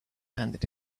handed